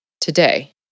today